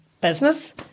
business